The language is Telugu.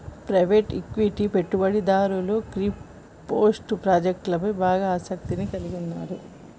ప్రైవేట్ ఈక్విటీ పెట్టుబడిదారులు క్రిప్టో ప్రాజెక్టులపై బాగా ఆసక్తిని కలిగి ఉన్నరు